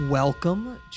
Welcome